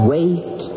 Wait